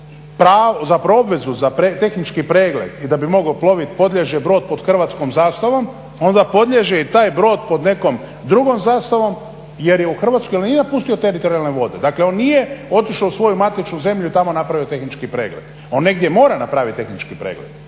za obvezu za tehnički pregled i da bi mogao ploviti podliježe brod pod hrvatskom zastavom onda podliježe i taj brod pod nekom drugom zastavom jer je u Hrvatskoj i nije napustio teritorijalne vode dakle on nije otišao u svoju matičnu zemlji i tamo napravio tehnički pregled. On negdje mora napraviti tehnički pregled.